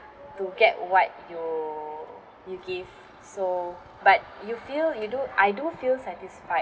to get what you you give so but you feel you do I do feel satisfied